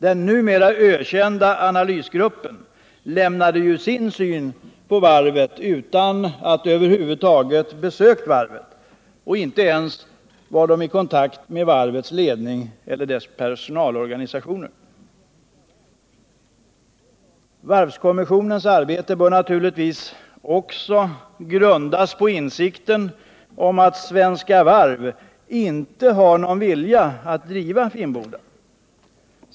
Den numera ökända analysgruppen lämnade ju sin syn på varvet utan att över huvud taget ha besökt detta och utan att ens ha varit i kontakt med varvets ledning eller personalorganisationer. Varvskommissionens arbete bör naturligtvis också grundas på insikten om att Svenska Varv inte har någon vilja att driva Finnboda.